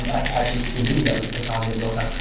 and and apache httpd. that was the technology that we worked on.